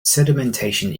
sedimentation